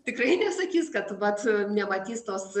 tikrai nesakys kad vat nematys tos